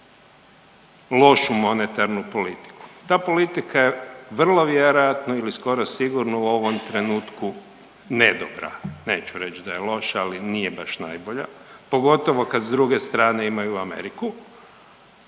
lošu monetarnu politiku. Ta politika je vrlo vjerojatno ili skoro sigurno u ovom trenutku ne dobra. Neću reći da je loša, ali nije baš najbolja pogotovo kad s druge strane imaju Ameriku